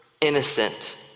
innocent